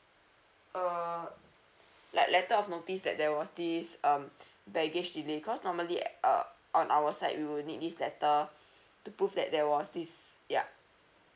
err like letter of notice that there was this um baggage delay because normally uh on our side we will need this letter to prove that there was this ya